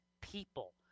people